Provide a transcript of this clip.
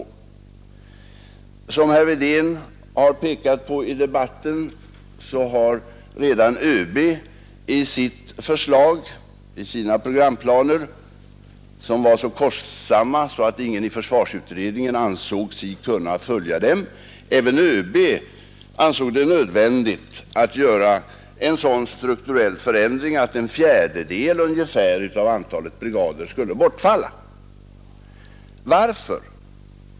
Som herr Wedén påpekat i debatten har redan ÖB i sitt förslag — som emellertid ingen i försvarsutredningen kunde följa på grund av att det var för kostsamt — ansett det nödvändigt att göra en sådan strukturell förändring att ungefär en fjärdedel av antalet brigader skulle bortfalla. Varför?